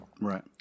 Right